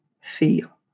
feel